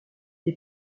est